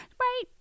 right